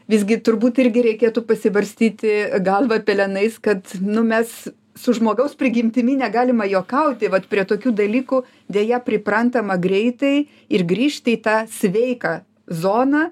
visgi turbūt irgi reikėtų pasibarstyti galvą pelenais kad nu mes su žmogaus prigimtimi negalima juokauti vat prie tokių dalykų deja priprantama greitai ir grįžti į tą sveiką zoną